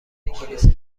انگلیسی